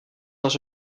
was